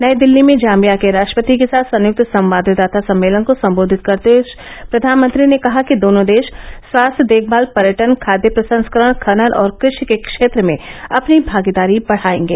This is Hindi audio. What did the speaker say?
नई दिल्ली में जाम्बिया के राष्ट्रपति के साथ संयुक्त संवाददाता सम्मेलन को संबोधित करते हए प्रधानमंत्री ने कहा कि दोनों देश स्वास्थ्य देखभाल पर्यटन खाद्य प्रसंस्करण खनन और कृषि के क्षेत्र में अपनी भागीदारी बढ़ाएंगे